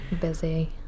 Busy